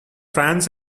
franz